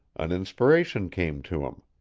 an inspiration came to him.